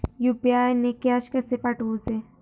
UPI ने पैशे कशे पाठवूचे?